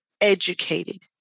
educated